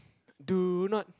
do not